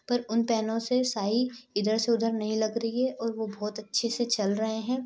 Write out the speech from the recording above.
पर उन पेनों से स्याही इधर से उधर नहीं लग रही है और वह बहुत अच्छे से चल रहे हैं